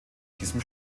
diesem